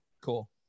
Cool